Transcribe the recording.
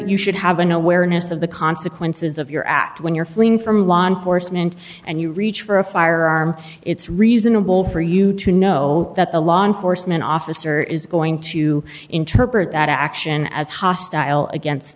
you should have an awareness of the consequences of your act when you're fleeing from law enforcement and you reach for a firearm it's reasonable for you to know that a law enforcement officer is going to interpret that action as hostile against